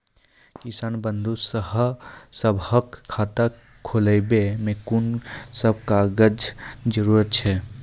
किसान बंधु सभहक खाता खोलाबै मे कून सभ कागजक जरूरत छै?